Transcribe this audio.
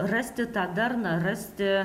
rasti tą darną rasti